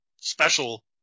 special